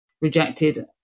rejected